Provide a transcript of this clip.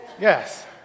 Yes